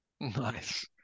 Nice